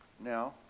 Now